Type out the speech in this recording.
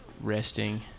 resting